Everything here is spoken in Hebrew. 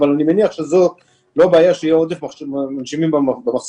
אבל אני מניח שלא בעיה שיהיה עודף מנשימים במחסן,